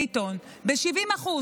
ביטון: ב-70%,